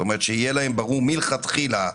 שיהיה להם ברור מלכתחילה,